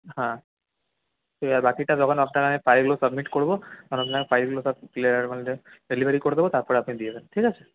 হ্যাঁ ঠিক আছে বাকিটা যখন আপনার আমি ফাইলগুলো সাবমিট করবো ডেলিভারি করে দেব তখন আপনি দিয়ে দেবেন ঠিক আছে